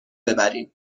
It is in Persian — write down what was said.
ببریم